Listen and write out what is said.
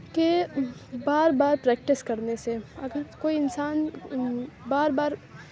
کہ بار بار پریکٹس کرنے سے اگر کوئی انسان بار بار